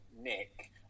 Nick